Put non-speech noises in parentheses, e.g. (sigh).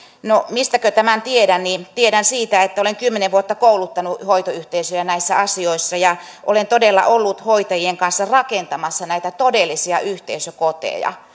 mistäkö tämän tiedän tiedän siitä että olen kymmenen vuotta kouluttanut hoitoyhteisöjä näissä asioissa ja olen todella ollut hoitajien kanssa rakentamassa näitä todellisia yhteisökoteja (unintelligible)